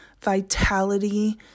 Vitality